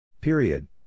period